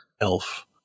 elf